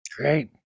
Great